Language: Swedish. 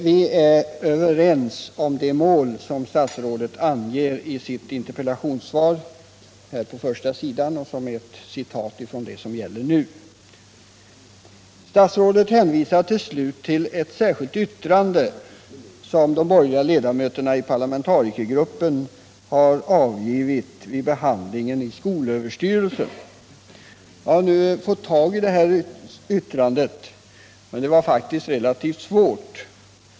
Vi är överens om det mål som statsrådet anger på första sidan i sitt svar genom ett citat från det som gäller nu. Statsrådet hänvisar i slutet av svaret till ett särskilt yttrande som de borgerliga ledamöterna i parlamentarikergruppen har avgivit vid behandlingen i skolöverstyrelsen. Jag har nu fått tag i detta yttrande, men det var faktiskt relativt svårt.